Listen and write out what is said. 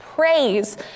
Praise